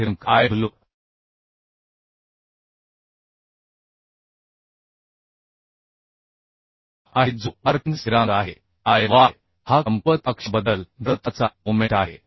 स्थिरांक Iw आहे जो वारपिंग स्थिरांक आहे Iy हा कमकुवत अक्षाबद्दल जडत्वाचा मोमेंट आहे